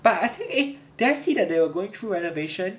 but I think is did I say that they were going through renovation